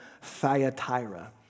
Thyatira